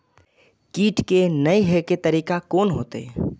कीट के ने हे के तरीका कोन होते?